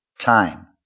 time